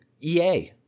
EA